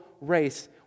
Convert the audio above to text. race